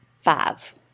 Five